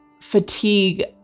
fatigue